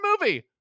movie